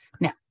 Now